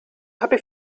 happy